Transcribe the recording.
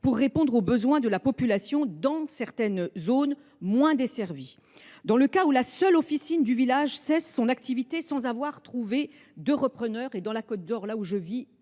pour répondre aux besoins de la population dans certaines zones moins desservies. Dans le cas où la seule officine du village cesse son activité sans avoir trouvé de repreneur – en Côte d’Or, où je vis,